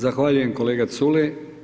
Zahvaljujem kolega Culej.